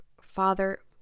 father